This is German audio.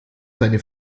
seine